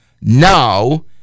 Now